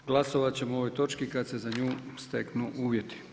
Glasovat ćemo ovoj točki kad se za nju steknu uvjeti.